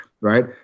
right